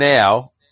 now